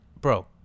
bro